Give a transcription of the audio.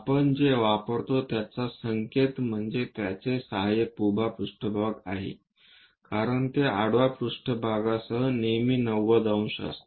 आपण जे वापरतो त्याचा संकेत म्हणजे त्याचे सहाय्यक उभा पृष्ठभाग आहे कारण ते आडवा पृष्ठभागा सह नेहमी 90 अंश असते